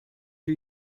two